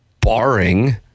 barring